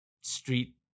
street